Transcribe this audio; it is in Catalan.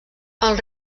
els